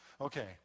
Okay